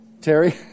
terry